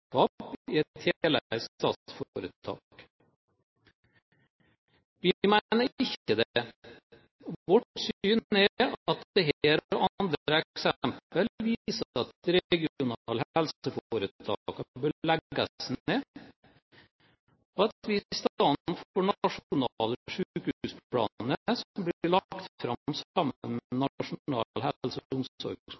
i et heleid statsforetak. Vi mener ikke det. Vårt syn er at dette og andre eksempler viser at de regionale helseforetakene bør legges ned, og at vi i stedet får nasjonale sykehusplaner som blir lagt fram sammen